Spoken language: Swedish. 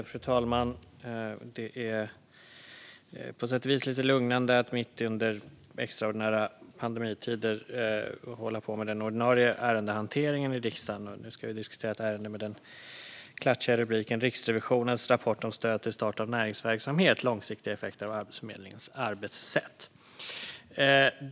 Fru talman! Det är på sätt och vis lite lugnande att mitt under extraordinära pandemitider hålla på med den ordinarie ärendehanteringen i riksdagen. Vi diskuterar nu ett betänkande med den klatschiga titeln Riksrevisionens rapport om stöd till start av näringsverksamhet - långsiktiga effekter och Arbetsförmedlingens arbetssätt .